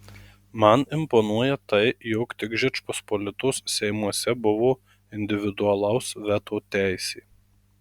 man imponuoja tai jog tik žečpospolitos seimuose buvo individualaus veto teisė